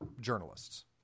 journalists